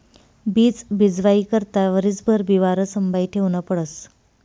बीज बीजवाई करता वरीसभर बिवारं संभायी ठेवनं पडस